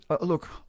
Look